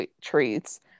treats